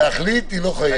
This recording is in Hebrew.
להחליט היא לא חייבת.